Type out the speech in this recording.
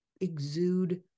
exude